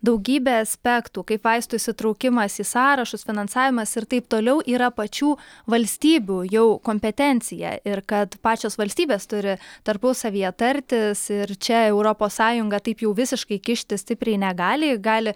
daugybę aspektų kaip vaistų įsitraukimas į sąrašus finansavimas ir taip toliau yra pačių valstybių jau kompetencija ir kad pačios valstybės turi tarpusavyje tartis ir čia europos sąjunga taip jau visiškai kištis stipriai negali ji gali